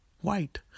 white